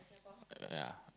yea